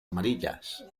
amarillas